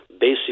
basic